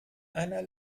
einer